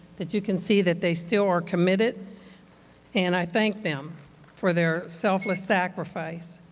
that you can see that they still are committed and i thank them for their selfless sacrifice.